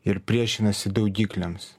ir priešinasi daugikliams